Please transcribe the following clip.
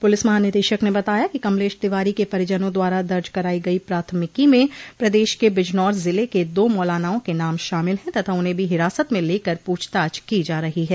प्रलिस महानिदेशक ने बताया कि कमलेश तिवारी के परिजनों द्वारा दर्ज करायी गयी प्राथमिकी में प्रदेश के बिजनौर जिले के दो मौलानाओं के नाम शामिल है तथा उन्हें भी हिरासत में लेकर प्रछताछ को जा रही है